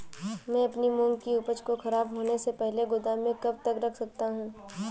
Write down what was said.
मैं अपनी मूंग की उपज को ख़राब होने से पहले गोदाम में कब तक रख सकता हूँ?